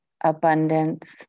abundance